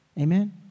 Amen